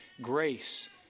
grace